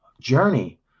journey